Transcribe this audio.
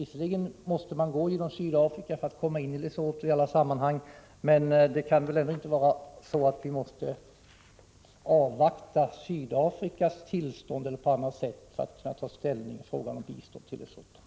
Visserligen måste man gå genom Sydafrika i alla sammanhang för att komma in i Lesotho. Men det kan väl ändå inte vara så, att vi måste avvakta Sydafrikas tillstånd för att kunna ta ställning till frågan om bistånd till Lesotho.